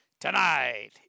tonight